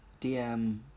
DM